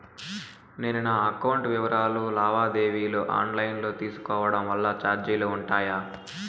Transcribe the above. నేను నా అకౌంట్ వివరాలు లావాదేవీలు ఆన్ లైను లో తీసుకోవడం వల్ల చార్జీలు ఉంటాయా?